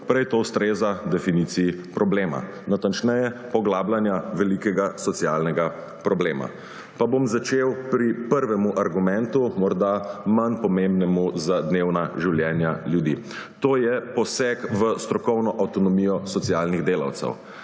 prej to ustreza definiciji problema, natančneje poglabljanja velikega socialnega problema. Pa bom začel pri prvem argumentu, morda manj pomembnem za dnevna življenja ljudi, to je poseg v strokovno avtonomijo socialnih delavcev.